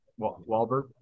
Wahlberg